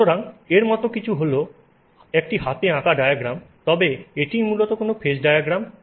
সুতরাং এর মতো কিছু হল একটি হাতে আঁকা ডায়াগ্রাম তবে এটিই মূলত কোনও ফেজ ডায়াগ্রাম